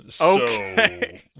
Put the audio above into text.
Okay